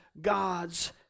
God's